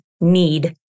need